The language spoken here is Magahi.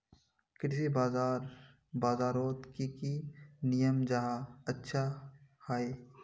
कृषि बाजार बजारोत की की नियम जाहा अच्छा हाई?